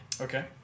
okay